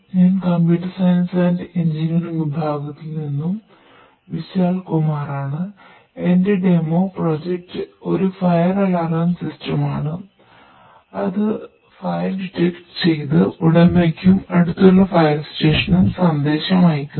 ഞാൻ computer science and engineering വിഭാഗത്തിൽ നിന്നും സന്ദേശം അയക്കുന്നു